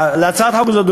בהצעת החוק הזו,